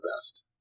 best